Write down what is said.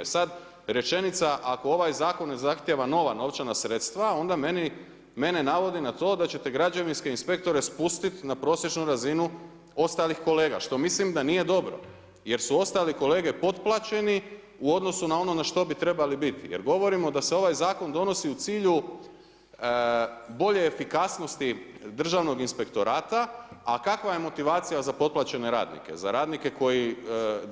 E sad, rečenica, ako ovaj zakon ne zahtjeva nova novčana sredstva, onda mene navodi na to da ćete građevinske inspektore spustiti na prosječnu razinu ostalih kolega, što mislim da nije dobro, jer su ostali kolege potplaćeni u odnosno na ono na što bi trebali biti, jer govorimo da se ovaj zakon donosi u cilju bolje efikasnosti državnog inspektorata, a kakva je motivacija za potplaćene radnike, za radnike koji